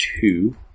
two